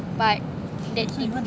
but that's it